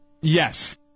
Yes